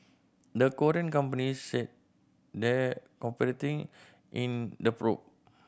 the Korean companies said they in the probe